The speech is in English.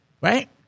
right